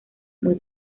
muy